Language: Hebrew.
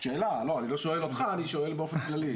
שאלה, אני לא שואל אותך, אני שואל באופן כללי.